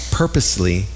purposely